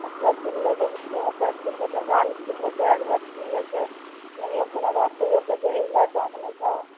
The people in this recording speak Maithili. एते छीन लै छै लोकके ओते छीन लै छै गाड़ी छीन लै छै हेलमेट छिन लै छै नहियो कोनो बात तैयो कहय छै लाइसेंस नहि छऽ